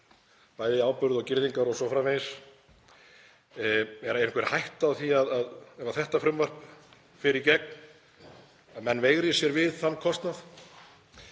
bæði áburð og girðingar o.s.frv. Er einhver hætta á því, ef þetta frumvarp fer í gegn, að menn veigri sér við þeim kostnaði?